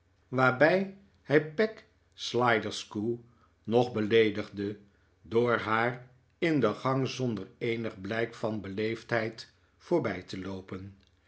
waarbij hij peg sliderskew nog beleedigde door haar in de gang zonder eenig blijk van beleefdheid voorbij te loopen